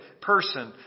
person